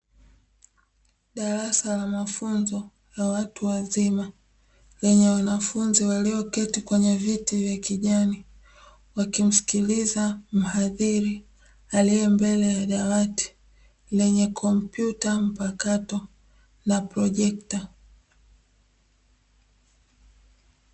Darasa la mafunzo la watu wazima lenye wanafunzi walioketi kwenye viti vya kijani wakimsikiliza mhadhiri aliye mbele ya dawati, lenye kompyuta mpakato na projekta.